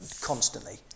constantly